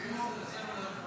החוק שלפנינו,